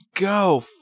Go